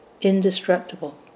indestructible